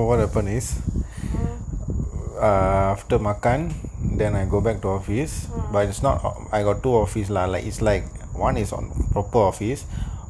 so what happen is after makan then I go back to office but its not I go office lah is like one is a proper office